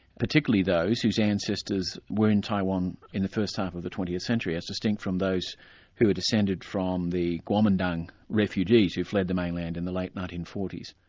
particularly those whose ancestors were in taiwan in the first half of the twentieth century, as distinct from those who are descended from the kuomintang refugees who fled the mainland in the late nineteen forty